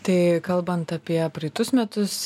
tai kalbant apie praeitus metus